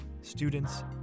students